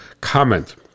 comment